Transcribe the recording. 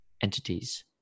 entities